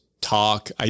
talk